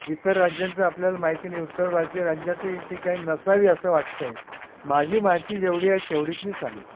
इतर राज्यांचं आपल्याला माहिती नाही उत्तर भारतीय राज्यातही ती काही नसावी असं वाटत आहे माझी माहिती जेवढी आहे तेवढीच मी सांगितले